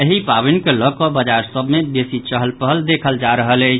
एहि पावनि के लऽ कऽ बाजार सभ मे बेसी चहल पहल देखल जा रहल अछि